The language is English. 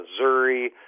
Missouri